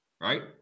right